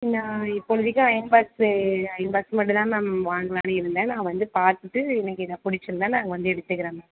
நீங்கள் இப்போதிக்கு iron box iron box மட்டுந்தான் மேம் வாங்களான்னு இருந்தேன் நான் வந்து பார்த்துட்டு எனக்கு இதை பிடிச்சிருந்தா நான் அங்கே வந்து எடுத்துக்கிறேன் மேம்